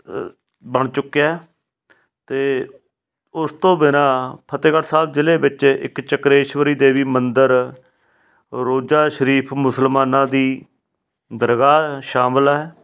ਬਣ ਚੁੱਕਿਆ ਅਤੇ ਉਸ ਤੋਂ ਬਿਨਾਂ ਫਤਿਹਗੜ੍ਹ ਸਾਹਿਬ ਜ਼ਿਲ੍ਹੇ ਵਿੱਚ ਇੱਕ ਚਕਰੇਸ਼ਵਰੀ ਦੇਵੀ ਮੰਦਰ ਰੋਜਾ ਸ਼ਰੀਫ ਮੁਸਲਮਾਨਾਂ ਦੀ ਦਰਗਾਹ ਸ਼ਾਮਿਲ ਹੈ